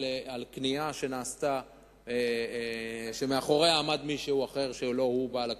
על קנייה שנעשתה שמאחוריה עמד מישהו אחר שלא הוא בעל הכסף.